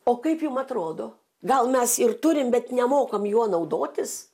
o kaip jum atrodo gal mes ir turim bet nemokam juo naudotis